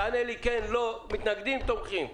תענה לי כן או לא, מתנגדים או תומכים.